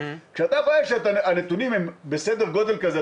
כשאתה רואה שהנתונים הם בסדר גודל כזה,